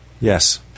Yes